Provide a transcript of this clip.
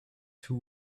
two